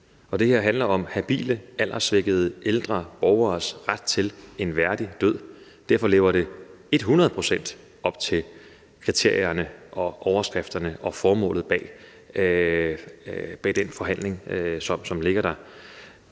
Det her handler om habile alderssvækkede ældre borgeres ret til en værdig død. Derfor lever det 100 pct. op til kriterierne og overskrifterne og formålet bag den forhandling, som ligger der.